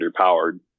underpowered